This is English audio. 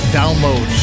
download